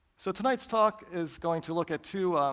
so tonight's talk is going to look at two.